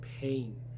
pain